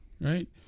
Right